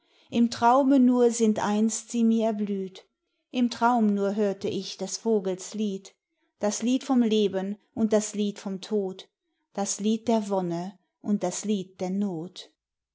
im traume nur sind einst sie mir erblüht im traum nur hörte ich des vogels lied das lied vom leben und das lied vom tod das lied der wonne und das lied der not